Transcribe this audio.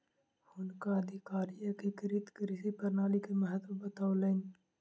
हुनका अधिकारी एकीकृत कृषि प्रणाली के महत्त्व बतौलैन